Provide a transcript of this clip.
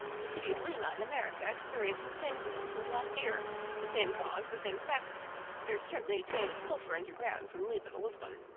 the city of lima, in america, experienced the same convulsions last year the same cause, the same effects there is certainly a train of sulphur under ground from lima to lisbon.